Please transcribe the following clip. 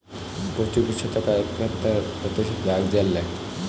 पृथ्वी की सतह का इकहत्तर प्रतिशत भाग जल है